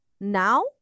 now